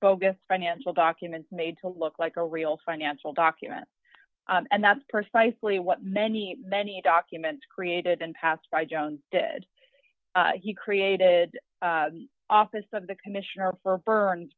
bogus financial documents made to look like a real financial document and that's precisely what many many documents created and passed by jones did he created office of the commissioner for burns